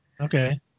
Okay